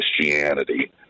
Christianity